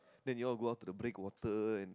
then you all go out to the break water and